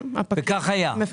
וכך היה.